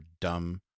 dumb